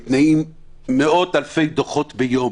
ניתנים מאות אלפי דוחות ביום.